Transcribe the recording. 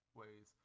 ways